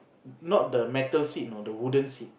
not the metal seat you know the wooden seat